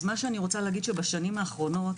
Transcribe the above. בשנים האחרונות